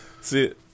See